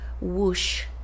whoosh